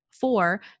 Four